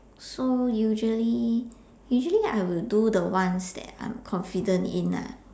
so usually usually I will do the ones that I'm confident in lah